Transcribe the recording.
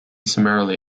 summarily